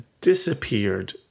disappeared